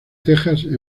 texas